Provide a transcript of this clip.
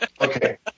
Okay